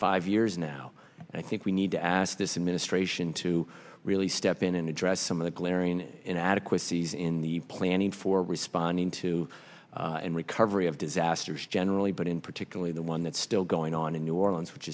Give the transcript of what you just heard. five years now and i think we need to ask this administration to really step in and address some of the glaring inadequacies in the planning for responding to and recovery of disasters generally but in particular the one that's still going on in new orleans which